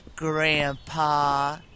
Grandpa